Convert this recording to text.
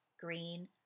green